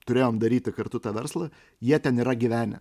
turėjom daryti kartu tą verslą jie ten yra gyvenę